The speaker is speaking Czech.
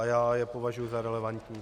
Já je považuji za relevantní.